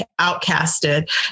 outcasted